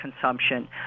consumption